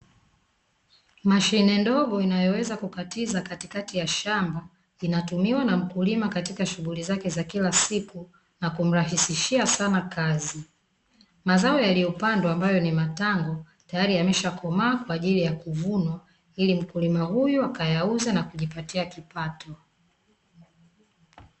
Mashine ndogo inayoweza kukatiza katikati ya shamba inatumiwa na mkulima katika shughuli zake za kila siku, na kumrahisishia kazi, mazao yaliyopandwa ambayo ni matango tayari yameshakomaa kwa ajili ya kuvunwa ili mkulima huyu akayauza na kujipatia kipato.